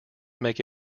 make